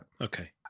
Okay